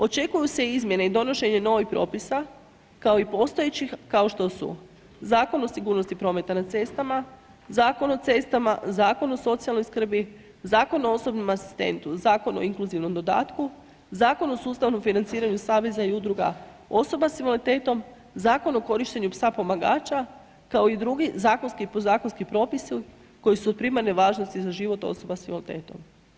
Očekuju se izmjene i donošenje novih propisa kao i postojećih kao što su Zakon o sigurnosti prometa na cestama, Zakon o cestama, zakon o socijalnoj skrbi, Zakon o osobnom asistentu, Zakon o inkluzivnom dodatku, Zakon o sustavnom financiranju saveza i udruga osoba sa invaliditetom Zakon u korištenju psa pomagača kao i drugi zakonski i podzakonski propisi koji su od primarne važnosti za život osoba sa invaliditetom.